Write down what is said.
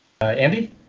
Andy